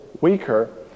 weaker